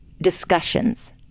discussions